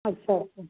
اچھا اچھا